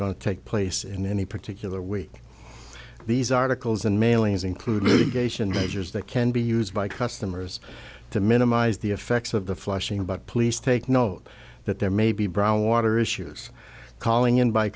to take place in any particular week these articles and mailings include litigation measures that can be used by customers to minimize the effects of the flushing but police take note that there may be brown water issues calling in by